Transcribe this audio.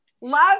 love